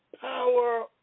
power